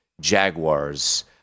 Jaguars